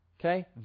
Okay